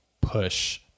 push